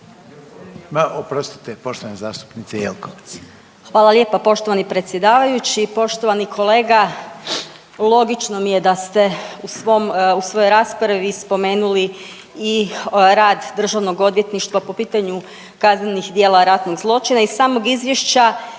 Hvala lijepa poštovani predsjedavajući. Poštovani kolega logično mi je da ste u svom, svojoj raspravi spomenuli i rad državnog odvjetništva po pitanju kaznenih djela ratnih zločina. Iz samog izvješća